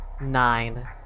Nine